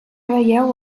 veieu